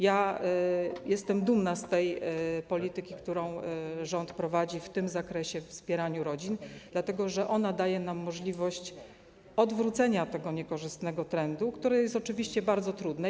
Jestem dumna z tej polityki, którą prowadzi rząd w tym zakresie we wspieraniu rodzin, dlatego że ona daje nam możliwość odwrócenia tego niekorzystnego trendu, który jest oczywiście bardzo trudny.